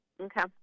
Okay